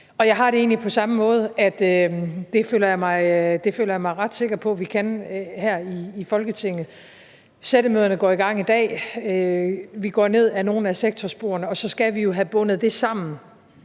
egentlig på samme måde: Det føler jeg mig ret sikker på vi kan her i Folketinget. Sættemøderne går i gang i dag, vi går ned ad nogle af sektorsporene, og så skal vi jo altså have bundet det sammen